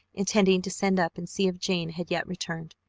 intending to send up and see if jane had yet returned,